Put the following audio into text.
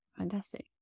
Fantastic